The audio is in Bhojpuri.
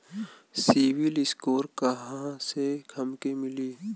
सिविल स्कोर कहाँसे हमके मिली?